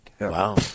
Wow